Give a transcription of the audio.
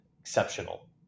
exceptional